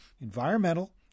environmental